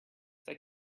that